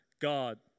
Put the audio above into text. God